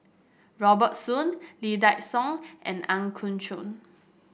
Robert Soon Lee Dai Soh and Ang Yau Choon